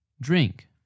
Drink